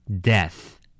Death